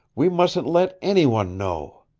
we mustn't let anyone know